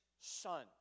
son